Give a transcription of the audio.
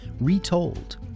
retold